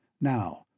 Now